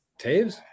Taves